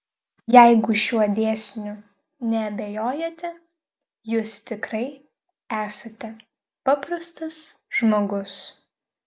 jeigu šiuo dėsniu neabejojate jūs tikrai esate paprastas žmogus